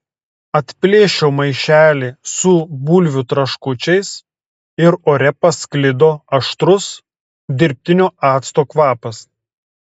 atplėšiau maišelį su bulvių traškučiais ir ore pasklido aštrus dirbtinio acto kvapas